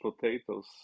potatoes